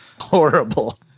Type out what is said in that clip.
Horrible